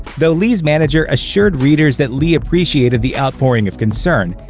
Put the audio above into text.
though li's manager assured readers that li appreciated the outpouring of concern,